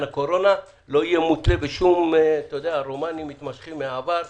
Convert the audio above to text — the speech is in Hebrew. הקורונה לא יהיה מותלה בשום עניינים מתמשכים מהעבר.